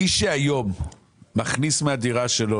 מי שהיום מכניס מהדירה שלו,